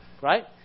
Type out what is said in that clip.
right